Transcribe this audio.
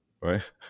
right